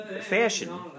fashion